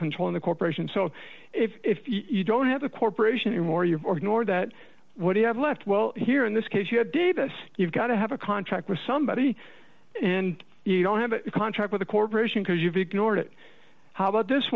controlling the corporation so if you don't have a corporation or you or your that what you have left well here in this case you have davis you've got to have a contract with somebody and you don't have a contract with a corporation because you've ignored it how about this